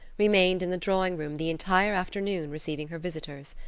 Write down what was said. remained in the drawing-room the entire afternoon receiving her visitors.